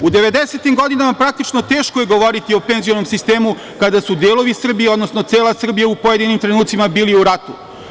U devedesetim godinama praktično teško je govoriti o penzionom sistemu kada su delovi Srbije, odnosno cela Srbija u pojedinim trenucima bili u ratu.